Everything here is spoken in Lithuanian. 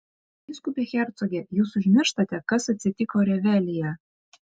vyskupe hercoge jūs užmirštate kas atsitiko revelyje